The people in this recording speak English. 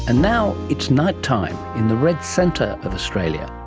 ah now it's night-time in the red centre of australia,